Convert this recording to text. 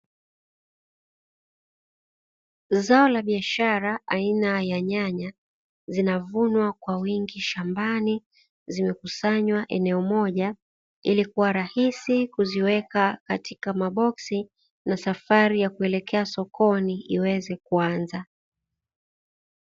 Zao la biashara aina ya nyanya zinavunwa kwa wingi shambani zimekusanywa eneo moja, ili kuwa rahisi kuziweka katika maboksi na safari ya kuelekea sokoni iweze kuanza.